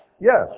Yes